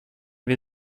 wir